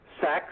sex